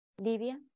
Livia